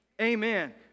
Amen